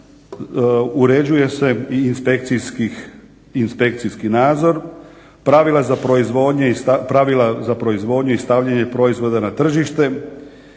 uređuje se i inspekcijski nadzor, pravila za proizvodnju i stavljanje proizvoda na tržište.